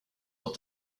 what